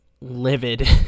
livid